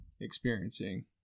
experiencing